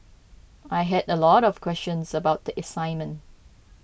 I had a lot of questions about the assignment